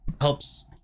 helps